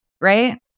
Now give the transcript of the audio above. right